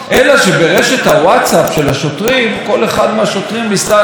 ניסה להתגאות שהוא עשה את מעשה הגבורה הזה.